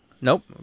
Nope